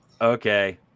Okay